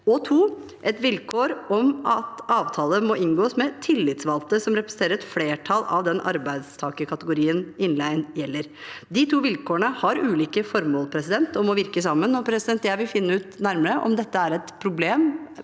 2) et vilkår om at avtaler må inngås med tillitsvalgte som representerer et flertall av den arbeidstakerkategorien innleien gjelder. De to vilkårene har ulike formål og må virke sammen, og jeg vil finne ut nærmere om dette er et problem